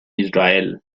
israel